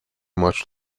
much